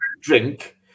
drink